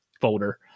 folder